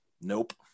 Nope